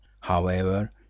However